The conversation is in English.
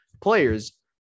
players